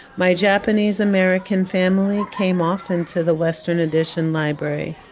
my japanese-american family came off into the western addition library.